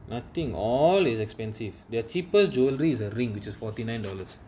nothing all is expensive their cheaper jewelleries is a ring which is forty nine dollars